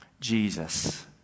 Jesus